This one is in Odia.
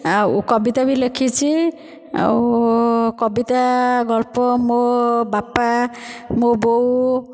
ଆଉ କବିତା ବି ଲେଖିଛି ଆଉ କବିତା ଗଳ୍ପ ମୋ ବାପା ମୋ ବୋଉ